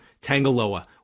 tangaloa